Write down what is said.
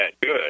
good